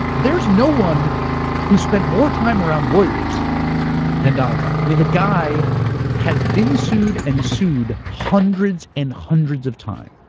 there's no one who's spent more time around lawyers then donald trump. i mean the guy has been sued and sued hundreds and hundreds of time.